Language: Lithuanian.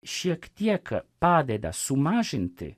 šiek tiek padeda sumažinti